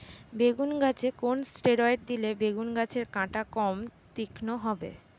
বেগুন গাছে কোন ষ্টেরয়েড দিলে বেগু গাছের কাঁটা কম তীক্ষ্ন হবে?